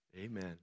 Amen